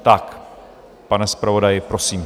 Tak, pane zpravodaji, prosím.